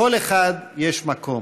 לכל אחד יש מקום.